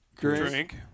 Drink